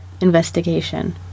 investigation